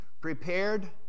prepared